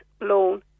loan